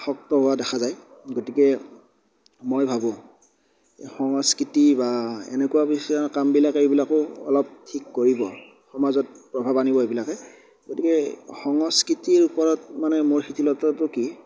আসক্ত হোৱা দেখা যায় গতিকে মই ভাবো এই সংস্কৃতি বা এনেকুৱা বিষয়ৰ কামবিলাকেই এইবিলাকো অলপ ঠিক কৰিব সমাজত প্ৰভাৱ আনিব এইবিলাকে গতিকে সংস্কৃতি ওপৰত মানে মোৰ শিথিলতাটো কি